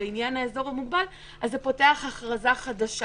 בעניין האזור המוגבל אז זה פותח הכרזה חדשה.